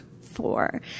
four